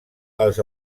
els